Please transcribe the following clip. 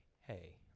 hey